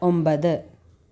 ഒമ്പത്